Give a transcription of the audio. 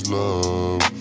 love